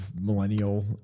millennial